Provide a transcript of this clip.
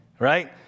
right